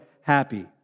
happy